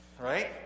right